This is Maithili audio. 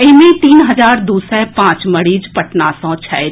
एहि मे तीन हजार दू सय पांच मरीज पटना सँ छथि